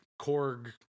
Korg